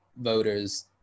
voters